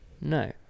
No